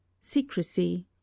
Secrecy